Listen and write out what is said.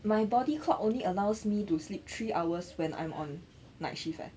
my body clock only allows me to sleep three hours when I'm on night shift eh oh okay ya three hours and